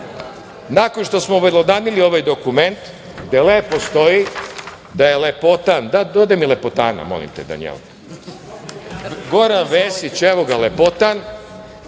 nakon što smo obelodanili ovaj dokument, gde lepo stoji da je lepotan, dodaj mi lepotana, molim te, Danijela, Goran Vesić, evo ga lepotan,